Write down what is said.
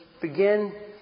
begin